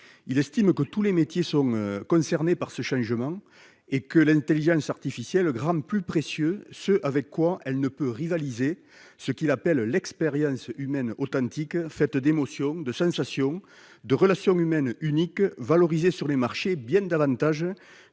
Il estime que « tous les métiers sont concernés par ce changement » et que « l'IA rend plus précieux ce avec quoi elle ne peut rivaliser », ce qu'il appelle « l'expérience humaine authentique », faite d'émotion, de sensations, de relations humaines uniques, valorisée sur les marchés bien davantage